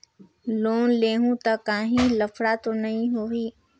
Loan लेहूं ता काहीं लफड़ा तो नी होहि?